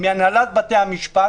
מהנהלת בתי המשפט